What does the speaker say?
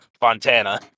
fontana